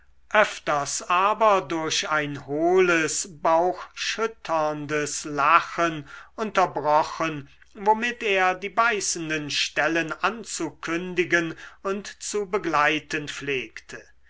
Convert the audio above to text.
öfters aber durch ein hohles bauchschütterndes lachen unterbrochen womit er die beißenden stellen anzukündigen und zu begleiten pflegte